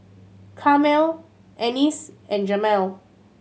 Carmel Anice and Jemal